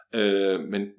Men